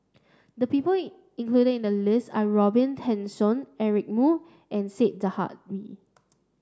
the people in included in the list are Robin Tessensohn Eric Moo and Said Zahari